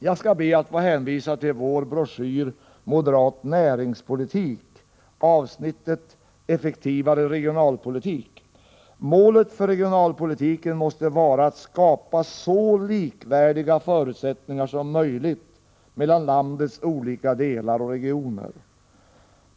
Jag skall be att få hänvisa till vår broschyr Moderat näringspolitik, där det under avsnittet Effektivare regionalpolitik står: ”Målet för regionalpolitiken måste vara att skapa så likvärdiga förutsättningar som möjligt mellan landets olika delar och regioner.